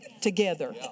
Together